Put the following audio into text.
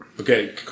Okay